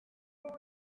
byari